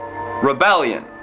rebellion